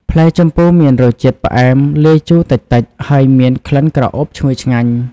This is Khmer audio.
ផ្លែជម្ពូមានរសជាតិផ្អែមលាយជូរតិចៗ ហើយមានក្លិនក្រអូបឈ្ងុយឆ្ងាញ់។